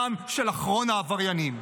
גם של אחרון העבריינים.